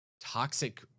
toxic